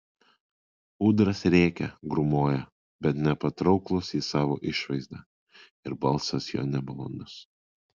ūdras rėkia grūmoja bet nepatrauklus jis savo išvaizda ir balsas jo nemalonus